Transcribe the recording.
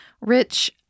Rich